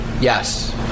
Yes